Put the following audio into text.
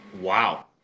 Wow